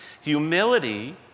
Humility